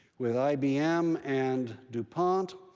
with ibm, and dupont,